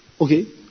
Okay